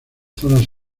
zonas